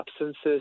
absences